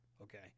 okay